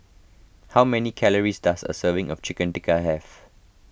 how many calories does a serving of Chicken Tikka have